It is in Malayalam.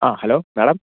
ആ ഹലോ മേഡം